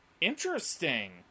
Interesting